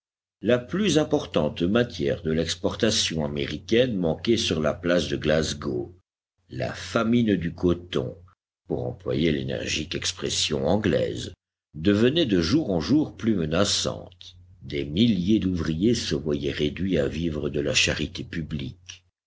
la plus importante matière de l'exportation américaine manquait sur la place de glasgow la famine du coton pour employer l'énergique expression anglaise devenait de jour en jour plus menaçante des milliers d'ouvriers se voyaient réduits à vivre de la charité publique